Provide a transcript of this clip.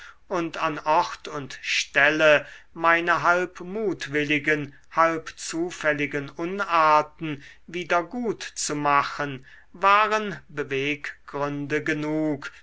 und an ort und stelle meine halb mutwilligen halb zufälligen unarten wieder gut zu machen waren beweggründe genug